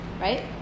right